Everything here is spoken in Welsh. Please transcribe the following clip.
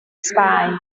sbaen